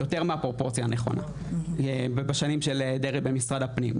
יותר מהפרופורציה הנכונה ובשנים של דרעי במשרד הפנים,